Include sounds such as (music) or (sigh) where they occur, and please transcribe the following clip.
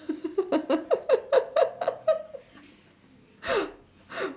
(laughs)